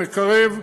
מקרב,